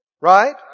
Right